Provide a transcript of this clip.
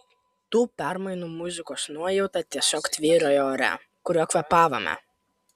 tų permainų muzikos nuojauta tiesiog tvyrojo ore kuriuo kvėpavome